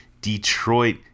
Detroit